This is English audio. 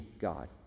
God